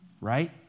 right